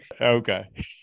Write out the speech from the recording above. Okay